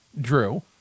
Drew